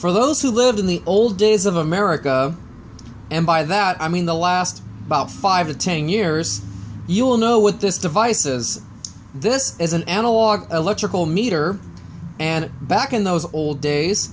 for those who live in the old days of america and by that i mean the last about five to ten years you'll know what this devices this is an analog electrical meter and back in those old days